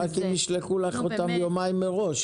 נו, באמת.